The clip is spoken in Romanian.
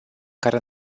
care